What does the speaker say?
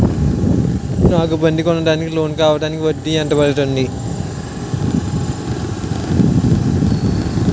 నాకు బండి కొనడానికి లోన్ కావాలిదానికి వడ్డీ ఎంత పడుతుంది?